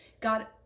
God